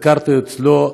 ביקרתי אצלו,